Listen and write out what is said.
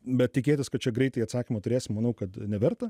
bet tikėtis kad čia greitai atsakymą turėsim manau kad neverta